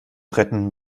retten